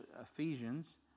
Ephesians